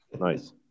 Nice